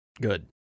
good